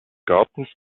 gartens